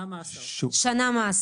שנה מאסר.